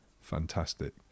Fantastic